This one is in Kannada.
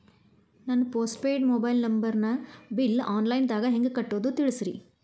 ನನ್ನ ಪೋಸ್ಟ್ ಪೇಯ್ಡ್ ಮೊಬೈಲ್ ನಂಬರನ್ನು ಬಿಲ್ ಆನ್ಲೈನ್ ದಾಗ ಹೆಂಗ್ ಕಟ್ಟೋದು ತಿಳಿಸ್ರಿ